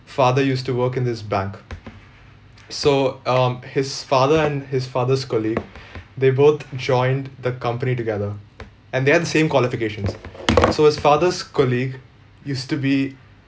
father used to work in this bank so um his father and his father's colleague they both joined the company together and they had the same qualifications so his father's colleague used to be